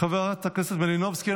חברת הכנסת מלינובסקי,